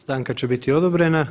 Stanka će biti odobrena.